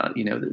ah you know,